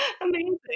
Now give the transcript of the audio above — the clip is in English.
Amazing